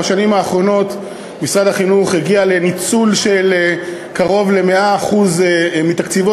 בשנים האחרונות משרד החינוך הגיע לניצול של קרוב ל-100% של תקציבו.